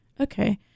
Okay